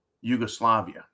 Yugoslavia